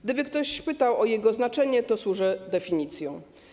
Gdyby ktoś pytał o jego znaczenie, służę definicją.